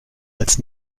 als